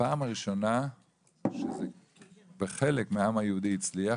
הפעם הראשונה שזה בחלק מהעם היהודי הצליח,